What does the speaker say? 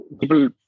people